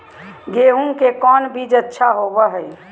गेंहू के कौन बीज अच्छा होबो हाय?